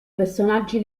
personaggi